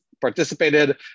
participated